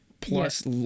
Plus